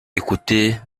écoutée